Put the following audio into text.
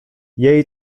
jej